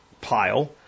pile